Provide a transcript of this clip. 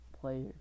player